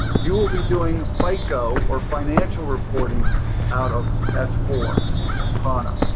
you will be doing fico or financial reporting out of s four hana.